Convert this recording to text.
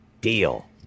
Deal